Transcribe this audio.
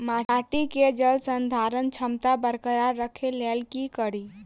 माटि केँ जलसंधारण क्षमता बरकरार राखै लेल की कड़ी?